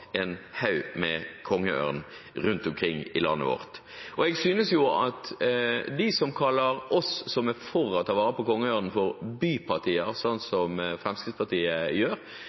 en haug med kongeørn rundt omkring i landet vårt. Jeg synes at de som kaller oss som er for å ta vare på kongeørnen, for bypartier, slik som Fremskrittspartiet gjør,